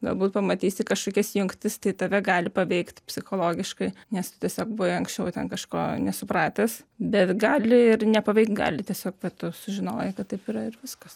galbūt pamatysi kažkokias jungtis tai tave gali paveikt psichologiškai nes tu tiesiog buvai anksčiau ten kažko nesupratęs bet gali ir nepaveikti gali tiesiog vat tu sužinojai kad taip yra ir viskas